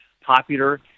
popular